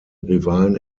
rivalen